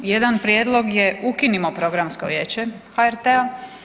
Jedan prijedlog je ukinimo programsko vijeće HRT-a.